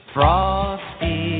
Frosty